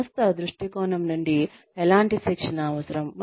సంస్థ దృష్టికోణం నుండి ఎలాంటి శిక్షణ అవసరం